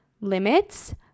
limits